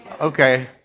Okay